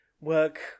work